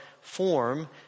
form